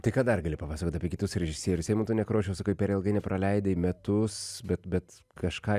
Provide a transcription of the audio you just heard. tai ką dar gali papasakot apie kitus režisierius su eimuntu nekrošium sakai per ilgai nepraleidai metus bet bet kažką